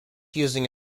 using